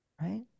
right